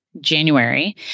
January